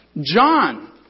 John